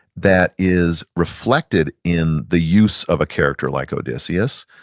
that is reflected in the use of a character like odysseus.